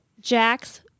Jack's